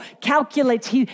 calculates